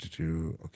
Okay